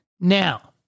Now